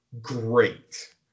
great